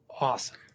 Awesome